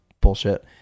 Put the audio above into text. bullshit